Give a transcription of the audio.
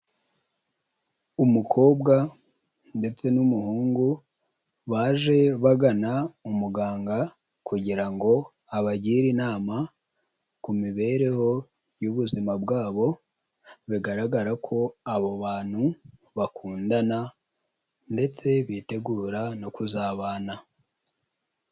Umukobwa ndetse n'umuhungu baje bagana umuganga kugira ngo abagire inama ku mibereho y'ubuzima bwabo, bigaragara ko abo bantu bakundana ndetse bitegura no kuzabana.